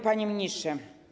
Panie Ministrze!